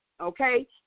Okay